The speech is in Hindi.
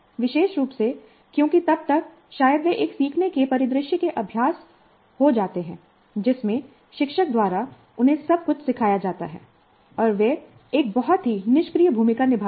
विशेष रूप से क्योंकि तब तक शायद वे एक सीखने के परिदृश्य के अभ्यस्त हो जाते हैं जिसमें शिक्षक द्वारा उन्हें सब कुछ सिखाया जाता है और वे एक बहुत ही निष्क्रिय भूमिका निभाते हैं